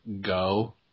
go